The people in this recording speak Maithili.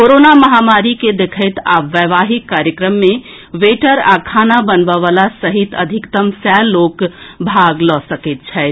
कोरोना महामारी के देखैत आब वैवाहिक कार्यक्रम मे वेटर आ खाना बनबए वला सहित अधिकतम सय लोक भाग लऽ सकैत छथि